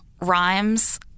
rhymes